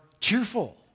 cheerful